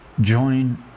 join